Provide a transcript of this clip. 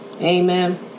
Amen